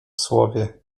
słowie